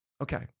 Okay